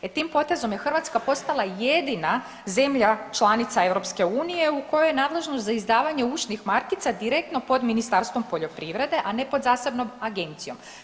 E tim potezom je Hrvatska postala jedina zemlja članica EU u kojoj je nadležnost za izdavanje ušnih markica direktno pod Ministarstvom poljoprivrede, a ne pod zasebnom agencijom.